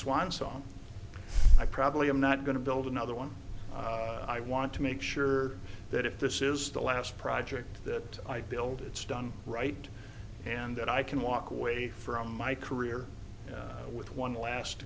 swan song i probably i'm not going to build another one i want to make sure that if this is the last project that i build it's done right and that i can walk away from my career with one last